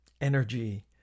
energy